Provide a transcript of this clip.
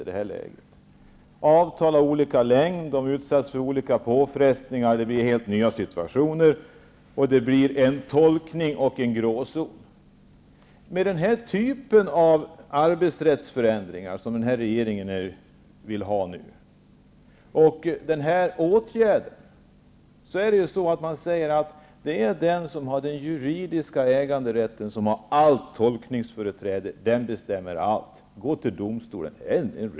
Det är fråga om avtal av olika längd, som utsätts för olika påfrestningar, och det blir helt nya situationer. Det görs tolkningar, och gråzoner uppstår. Den typ av förändringar i arbetsrätten som regeringen föreslår innebär att det är den som har den juridiska äganderätten som har allt tolkningsföreträde och bestämmer allt.